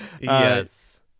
Yes